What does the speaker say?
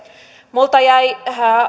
minulta jäi